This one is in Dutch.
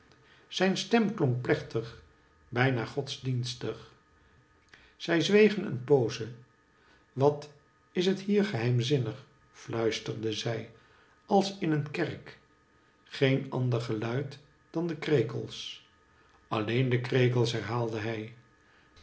zijn stem klonk plechtig bijna godsdienstig zij zwegen een pooze wat is het hier geheimzinnig fluisterde zij als in een kerk geen ander geluid dan de krekels alleen de krekels herhaalde hij